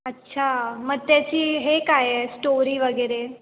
अच्छा मग त्याची हे काय आहे स्टोरी वगैरे